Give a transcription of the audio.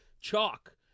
chalk